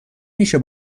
میشه